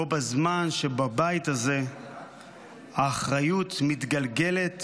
בו בזמן שבבית הזה האחריות מתגלגלת